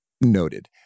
noted